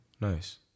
Nice